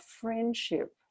friendship